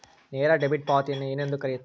ನೇರ ಡೆಬಿಟ್ ಪಾವತಿಯನ್ನು ಏನೆಂದು ಕರೆಯುತ್ತಾರೆ?